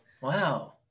Wow